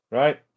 right